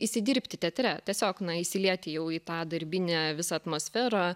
įsidirbti teatre tiesiog na įsilieti jau į tą darbinę visą atmosferą